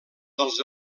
dels